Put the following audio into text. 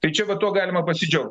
tai čia vat tuo galima pasidžiaugt